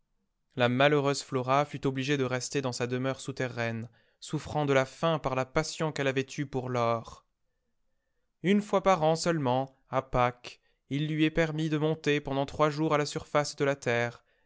la malheureuse flora fut obligée de rester dans sa demeure souterraine souffrant de la faim par la passion qu'elle avait eue pour l'or une fois par an seulement à pâques il lui est permis de monter pendant trois jours à la surface de la terre